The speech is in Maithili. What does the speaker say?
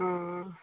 हँ